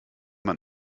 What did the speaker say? man